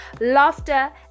laughter